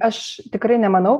aš tikrai nemanau